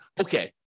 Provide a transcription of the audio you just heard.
okay